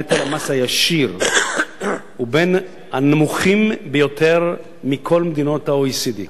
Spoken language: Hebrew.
נטל המס הישיר הוא מהנמוכים ביותר בכל מדינות ה-OECD,